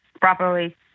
properly